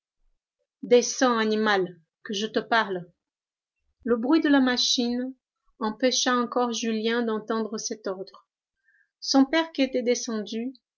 descends animal que je te parle le bruit de la machine empêcha encore julien d'entendre cet ordre son père qui était descendu